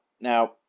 now